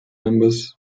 members